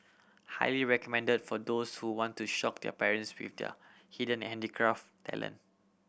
highly recommended for those who want to shock their parents with their hidden handicraft talent